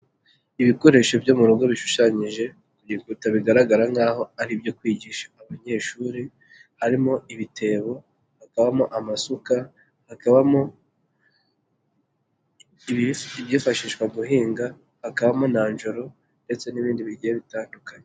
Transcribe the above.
Ibikoresho byo mu rugo bishushanyije kugikuta bigaragara nk'aho ari ibyo kwigisha abanyeshuri harimo ibitebo, hakabamo amasuka, hakabamo ibyifashishwa guhing, hakabamo nanjoro ndetse n'ibindi bigiye bitandukanye.